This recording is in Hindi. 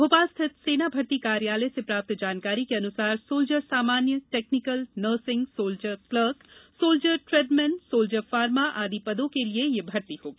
भोपाल स्थित सेना भर्ती कार्यालय से प्राप्त जानकारी के अनुसार सोल्जर सामान्य technical nursing soldier clerk soldier tradesmen soldier pharma आदि पदों के लिए यह भर्ती होगी